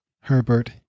Herbert